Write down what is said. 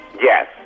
Yes